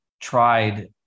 tried